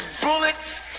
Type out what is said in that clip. bullets